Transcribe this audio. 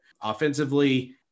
offensively